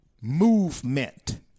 movement